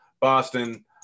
Boston